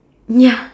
ya